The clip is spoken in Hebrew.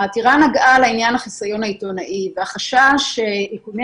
העתירה נגעה לעניין החיסיון העיתונאי והחשש שאיכוני